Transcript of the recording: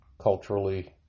culturally